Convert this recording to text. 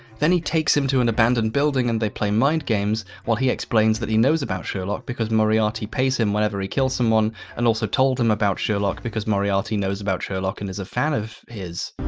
then he takes him to an abandoned building and they play mind games while he explains that he knows about sherlock because moriarty pays him whenever he kills someone and also told him about sherlock because moriarty knows about sherlock and is a fan of his.